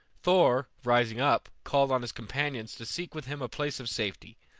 thor, rising up, called on his companions to seek with him a place of safety.